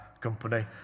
company